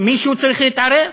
מישהו צריך להתערב,